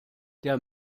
der